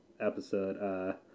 episode